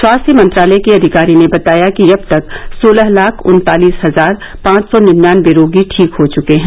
स्वास्थ्य मंत्रालय के अधिकारी ने बताया कि अब तक सोलह लाख उन्तालीस हजार पांच सौ निन्यानबे रोगी ठीक हो चुके हैं